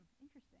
interesting